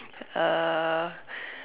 uh